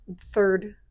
third